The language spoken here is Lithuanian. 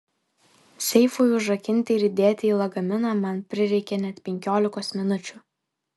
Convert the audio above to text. seifui užrakinti ir įdėti į lagaminą man prireikė net penkiolikos minučių